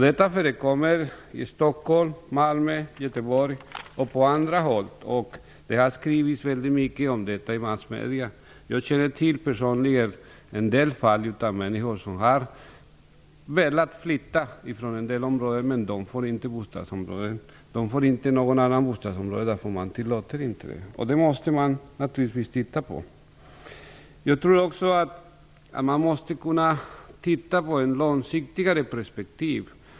Detta förekommer i Stockholm, Malmö och Göteborg, men också på andra håll. Det har skrivits väldigt mycket om detta i massmedierna. Personligen känner jag till en del fall. Det gäller människor som har velat flytta från sitt område. Men de får inte komma till ett annat bostadsområde, därför att det tillåts inte. Detta måste man naturligtvis titta på. Jag tror också att man måste kunna titta på det här i ett längre perspektiv.